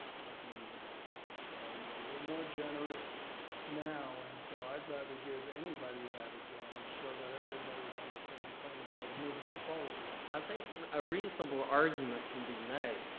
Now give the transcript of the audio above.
i'm not gonna use the word generous, but i'll use it. we're more generous now, and so i'd rather give anybody that advantage so that everybody's on the same playing field moving forward. i think a reasonable argument can be made,